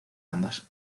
ambas